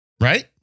right